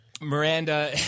Miranda